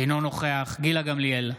אינו נוכח גילה גמליאל,